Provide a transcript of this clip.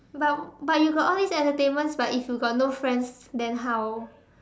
but but you got all this entertainments but if you got no friends then how